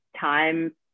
time